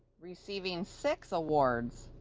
receiving six awards